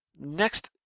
Next